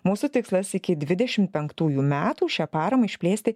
mūsų tikslas iki dvidešimt penktųjų metų šią paramą išplėsti